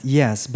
yes